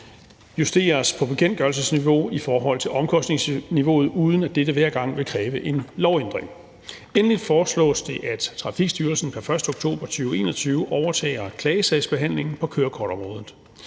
justeres på bekendtgørelsesniveau i forhold til omkostningsniveauet, uden at dette hver gang vil kræve en lovændring. Endelig foreslås det, at Trafikstyrelsen pr. 1. oktober 2021 overtager klagesagsbehandlingen på kørekortområdet.